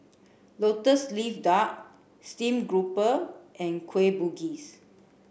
lotus leaf duck steamed grouper and kueh bugis